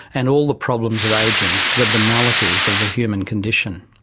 and all the problems of ageing, the banalities of the human condition.